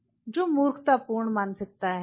" जो मूर्खतापूर्ण मानसिकता है